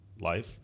life